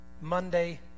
Monday